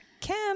Kim